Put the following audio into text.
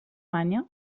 manya